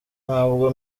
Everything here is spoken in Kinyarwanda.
ntabwo